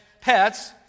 pets